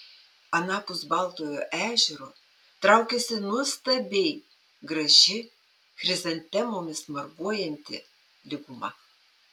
anapus baltojo ežero traukėsi nuostabiai graži chrizantemomis marguojanti lyguma